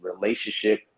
relationship